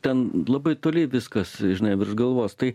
ten labai toli viskas žinai virš galvos tai